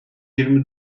yirmi